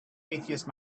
atheist